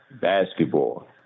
basketball